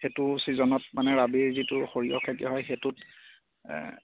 সেইটো চিজনত মানে আবিৰ যিটো সৰিয়হ খেতি হয় সেইটোত